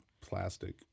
plastic